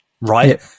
right